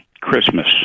Christmas